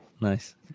Nice